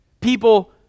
People